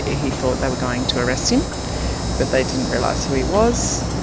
he thought they were going to arrest him but they didn't realise who he was,